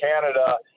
Canada